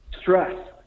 stress